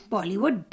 Bollywood